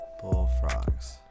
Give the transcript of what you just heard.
bullfrogs